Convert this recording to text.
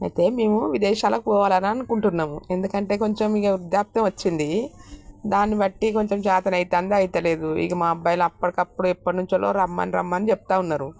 అయితే మేము విదేశాలకు పోవాలని అనుకుంటున్నాము ఎందుకంటే కొంచెం ఇంకా వృద్ధాప్యం వచ్చింది దాన్నిబట్టి కొంచెం చాతనైతాంది అవుతలేదు ఇంకా మా అబ్బాయిలు అప్పటికప్పుడే ఎప్పటినుంచో రమ్మని రమ్మని చెప్తూ ఉన్నారు